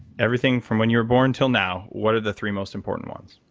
everything from when you were born until now, what are the three most important ones?